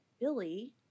Billy